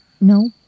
No